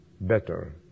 Better